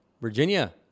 Virginia